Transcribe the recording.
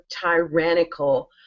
tyrannical